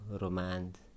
romance